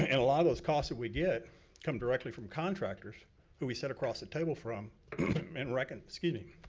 and a lot of those costs that we get come directly from contractors who we set across the table from and, like and excuse me,